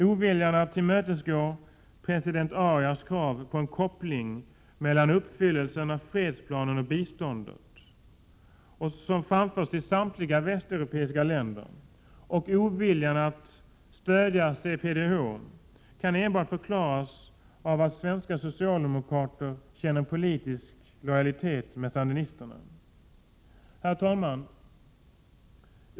Oviljan att tillmötesgå president Arias krav på en koppling mellan uppfyllelsen av fredsplanen och biståndet — som framförts till samtliga västeuropeiska länder — och oviljan att stödja CPDH kan enbart förklaras av att svenska socialdemokrater känner politisk lojalitet med sandinisterna.